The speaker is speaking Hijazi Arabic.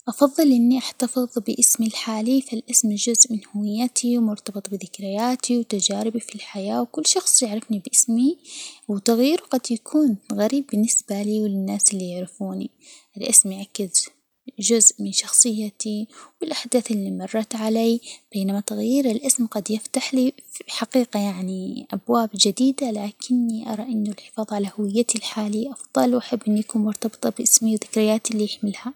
أفظل إني أحتفظ بإسمي الحالي، فالإسم جزء من هويتي، مرتبط بذكرياتي وتجاربي في الحياة، وكل شخص يعرفني باسمي، والتغيير قد يكون غريب بالنسبة لي وللناس اللي يعرفوني، إسمي أكيد جزء من شخصيتي و الأحداث اللي مرّت علي، بينما تغيير الإسم قد يفتح لي في الحقيقة يعني أبواب جديدة، لكني أرى إن الحفاظ على هويتي الحالية أفضل، أحب إني أكون مرتبطة بإسمي وذكرياتي اللي يحملها.